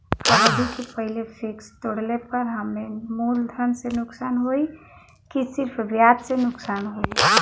अवधि के पहिले फिक्स तोड़ले पर हम्मे मुलधन से नुकसान होयी की सिर्फ ब्याज से नुकसान होयी?